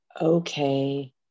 okay